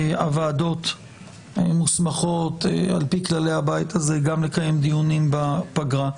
הוועדות מסומכות על פי כללי הבית הזה לקיים דיונים גם בפגרה.